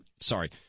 sorry